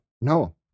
No